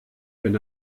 wenn